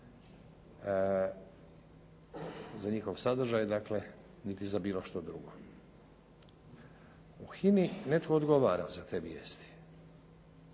za njihov sadržaj dakle niti za bilo što drugo. U HINA-i netko odgovara za te vijesti